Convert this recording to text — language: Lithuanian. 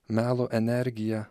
melo energija